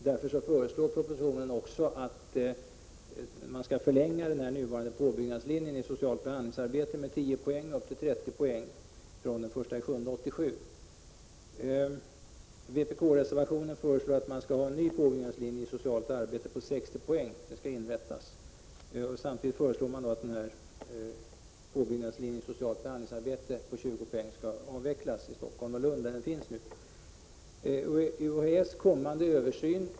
Därför föreslår propositionen också att man skall förlänga den nuvarande påbyggnadslinjen för socialt behandlingsarbete med 10 poäng upp till 30 poäng från den 1 juli 1987. I vpk-reservationen föreslås att en ny påbyggnadslinje i socialt arbete på 60 poäng skall inrättas. Samtidigt föreslås att påbyggnadslinjen i socialt behandlingsarbete på 20 poäng skall avvecklas i Stockholm och Lund där den finns nu.